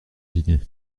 dîner